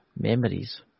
memories